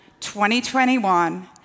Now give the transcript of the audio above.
2021